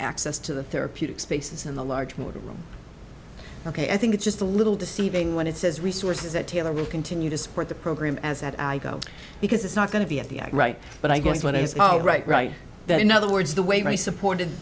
access to the therapeutic spaces in the large water room ok i think it's just a little deceiving when it says resources that taylor will continue to support the program as at i go because it's not going to be at the right but i guess when it's all right right there in other words the way i support